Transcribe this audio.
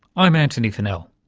i'm antony funnell